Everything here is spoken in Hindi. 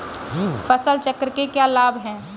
फसल चक्र के क्या लाभ हैं?